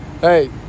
Hey